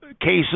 cases